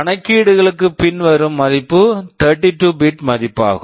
கணக்கீடுகளுக்குப் பின் வரும் மதிப்பு 32 பிட் bit மதிப்பாகும்